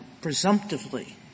presumptively